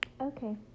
Okay